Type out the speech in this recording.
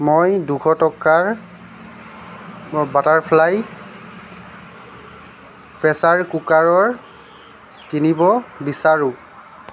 মই দুশ টকাৰ বাটাৰফ্লাই প্ৰেছাৰ কুকাৰৰ কিনিব বিচাৰোঁ